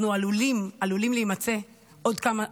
אנחנו עלולים להימצא עוד כמה,